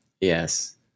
Yes